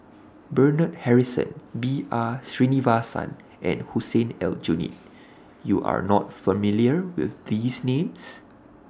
Bernard Harrison B R Sreenivasan and Hussein Aljunied YOU Are not familiar with These Names